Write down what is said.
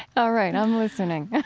all right. i'm listening